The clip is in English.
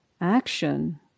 action